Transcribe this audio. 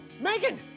Megan